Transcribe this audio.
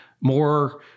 more